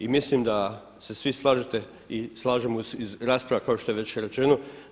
I mislim da se svi slažete i slažemo se iz rasprava kao što je već rečeno.